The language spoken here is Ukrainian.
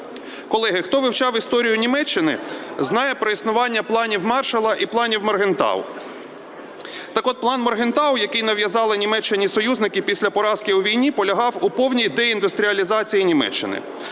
Колеги, хто вивчав історію Німеччини, знає про існування "плану Маршалла" і "плану Моргентау". Так от, "план Моргентау", який нав'язали Німеччині союзники після поразки у війні, полягав у повній деіндустріалізації Німеччини.